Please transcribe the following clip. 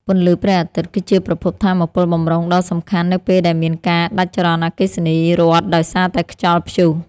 ពន្លឺព្រះអាទិត្យ គឺជាប្រភពថាមពលបម្រុងដ៏សំខាន់នៅពេលដែលមានការដាច់ចរន្តអគ្គិសនីរដ្ឋដោយសារតែខ្យល់ព្យុះ។